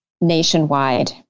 nationwide